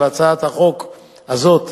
את הצעת החוק הזאת,